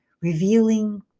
revealing